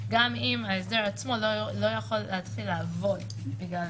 גם אם ההסדר עצמו לא יכול להתחיל לעבוד בגלל